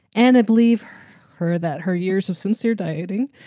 and i believe her that her years of sincere dieting,